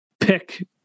Pick